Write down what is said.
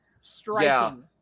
striking